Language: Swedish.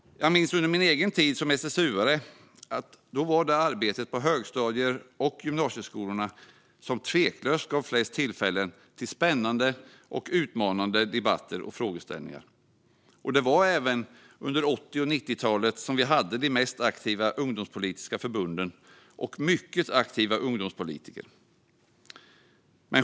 Under min egen tid som SSU:are var det arbetet på högstadier och gymnasieskolor som tveklöst gav flest tillfällen till spännande och utmanande debatter och frågeställningar. Det var även under 80 och 90-talen som vi hade de mest aktiva ungdomspolitiska förbunden och mycket aktiva ungdomspolitiker.